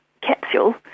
capsule